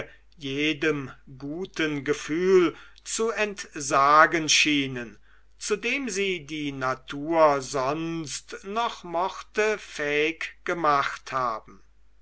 jedem guten gefühl zu entsagen schienen zu dem sie die natur sonst noch mochte fähig gemacht haben